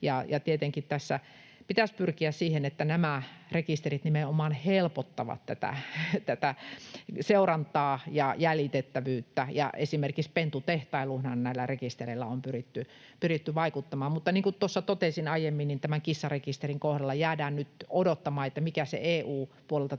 Tietenkin tässä pitäisi pyrkiä siihen, että nämä rekisterit nimenomaan helpottavat tätä seurantaa ja jäljitettävyyttä. Esimerkiksi pentutehtailuunhan näillä rekistereillä on pyritty vaikuttamaan. Mutta niin kuin tuossa totesin aiemmin, tämän kissarekisterin kohdalla jäädään nyt odottamaan, mikä se EU:n puolelta tuleva